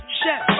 chef